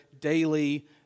daily